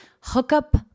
hookup